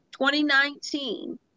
2019